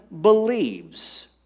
believes